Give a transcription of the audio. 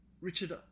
richard